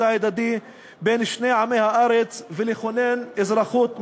ההדדי בין שני עמי הארץ ולכונן אזרחות מכבדת,